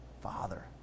father